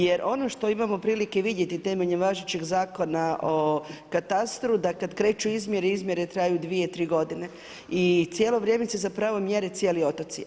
Jer ono što imamo prilike vidjeti temeljem važećeg zakona o katastru, da kad kreću izmjere, izmjere traju 2, 3 godine i cijelo vrijeme se zapravo mjere cijeli otoci.